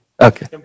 okay